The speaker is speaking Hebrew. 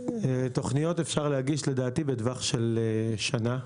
לדעתי, אפשר להגיש תוכניות בטווח של שנה.